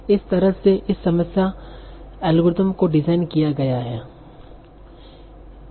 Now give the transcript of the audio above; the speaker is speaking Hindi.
इसलिए इस तरह से इस समस्या एल्गोरिथ्म को डिजाइन किया गया है